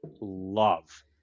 love